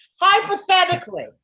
Hypothetically